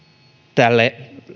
tälle